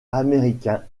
américain